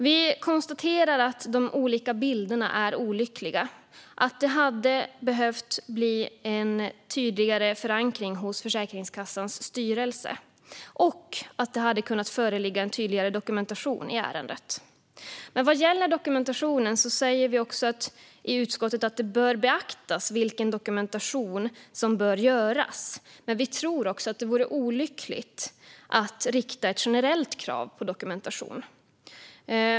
Vi konstaterar att de olika bilderna är olyckliga, att det hade behövt bli en tydligare förankring hos Försäkringskassans styrelse och att det hade kunnat föreligga en tydligare dokumentation i ärendet. Men vad gäller dokumentationen säger vi i utskottet också att det bör beaktas vilken dokumentation som bör göras. Vi tror att det vore olyckligt att rikta ett generellt krav på dokumentation.